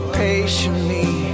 patiently